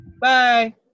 Bye